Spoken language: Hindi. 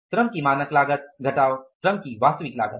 श्रम की मानक लागत घटाव श्रम की वास्तविक लागत